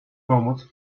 pomóc